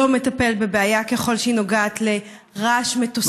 לא מטפל בבעיה ככל שהיא נוגעת לרעש מטוסים,